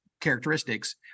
characteristics